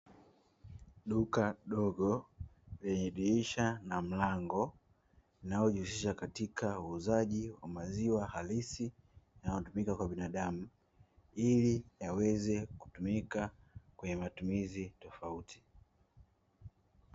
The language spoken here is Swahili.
Duka dogo lenye dirisha na mlango unaojihusisha katika uuzaji wa maziwa halisi yanayotumika kwa binadamu, ili yaweze kutumika kwenye matumizi tofauti.